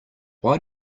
why